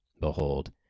Behold